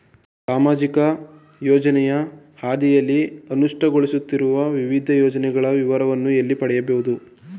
ಸಾಮಾಜಿಕ ಯೋಜನೆಯ ಅಡಿಯಲ್ಲಿ ಅನುಷ್ಠಾನಗೊಳಿಸುತ್ತಿರುವ ವಿವಿಧ ಯೋಜನೆಗಳ ವಿವರಗಳನ್ನು ಎಲ್ಲಿ ಪಡೆಯಬಹುದು?